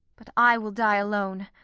but i will die alone,